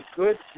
good